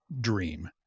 dream